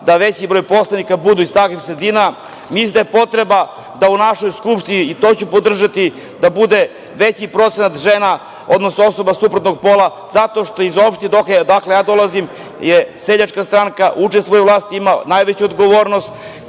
da veći broj poslanika bude iz takvih sredina, mislim da je potreba da u našoj Skupštini, i to ću podržati, bude veći procenat žena, odnosno osoba suprotnog pola, zato što iz opštine odakle ja dolazim Seljačka stranka učestvuje u vlasti, ima najveću odgovornost,